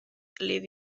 live